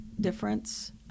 difference